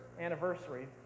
anniversary